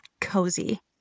cozy